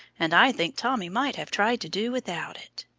and i think tommy might have tried to do without it.